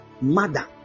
Mother